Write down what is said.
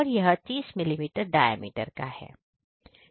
यह 30mm diameter का है